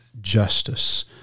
justice